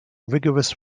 rigorous